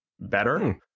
better